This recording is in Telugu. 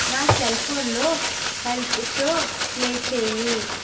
నా సెల్ఫోన్లో హెల్త్ షో ప్లే చెయ్యి